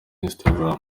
instagram